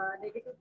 negative